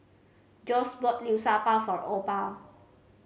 Josh brought Liu Sha Bao for Opal